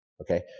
Okay